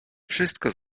wszystko